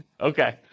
Okay